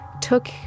took